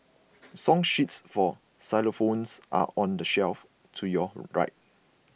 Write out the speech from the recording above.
song sheets for xylophones are on the shelf to your right